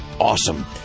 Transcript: awesome